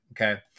Okay